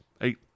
eight